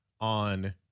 on